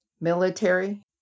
military